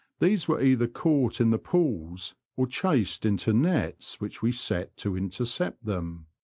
these were either caught in the pools, or chased into nets which we set to intercept them.